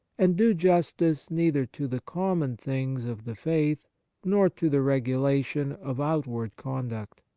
and do justice neither to the common things of the faith nor to the regulation of outward conduct.